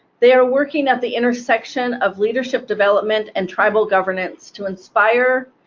they are working at the intersection of leadership development and tribal governance to inspire,